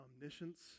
omniscience